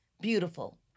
beautiful